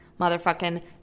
motherfucking